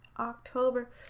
October